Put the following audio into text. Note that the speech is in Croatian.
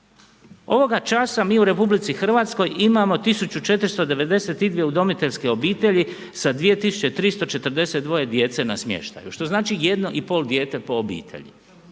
Ovoga časa mi u Republici Hrvatskoj imamo 1492 udomiteljske obitelji sa 2.342 djece na smještaju, što znači jedno i pol dijete po obitelji.